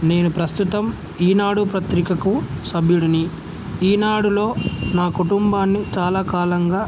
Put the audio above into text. నేను ప్రస్తుతం ఈనాడు పత్రికకు సభ్యుడుని ఈనాడులో నా కుటుంబాన్ని చాలా కాలంగా